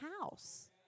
house